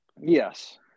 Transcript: yes